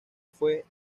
fue